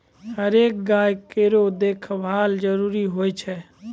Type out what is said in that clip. हरेक गाय केरो देखभाल जरूरी होय छै